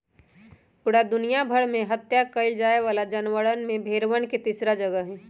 पूरा दुनिया भर में हत्या कइल जाये वाला जानवर में भेंड़वन के तीसरा जगह हई